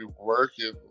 working